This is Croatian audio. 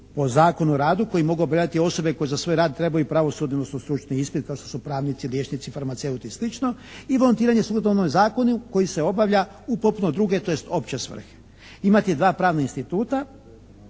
po Zakonu o radu koji mogu birati osobe koje za svoj rad trebaju pravosudni odnosno stručni ispit kao što su pravnici, liječnici, farmaceuti i slično i, volontiranje subotom po zakonu koje se obavlja u potpuno druge odnosno opće svrhe. Imati dva pravna instituta